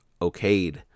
okayed